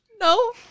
No